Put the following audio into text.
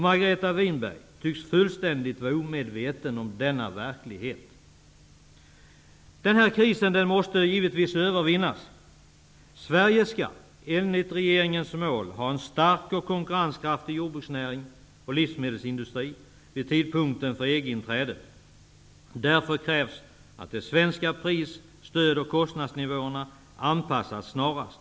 Margareta Winberg tycks vara fullständigt omedveten om denna verklighet. Den här krisen måste givetvis övervinnas. Sverige skall, enligt regeringens mål, ha en stark och konkurrenskraftig jordbruksnäring och livsmedelsindustri vid tidpunkten för EG-inträdet. Därför krävs att de svenska pris , stöd och kostnadsnivåerna anpassas snarast.